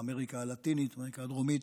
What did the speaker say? באמריקה הלטינית ובאמריקה הדרומית.